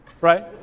right